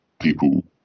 people